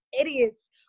idiots